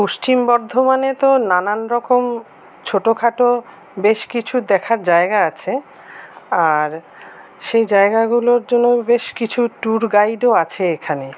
পশ্চিম বর্ধমানে তো নানানরকম ছোটোখাটো বেশ কিছু দেখার জায়গা আছে আর সেই জায়গাগুলোর জন্য বেশ কিছু ট্যুর গাইডও আছে এখানে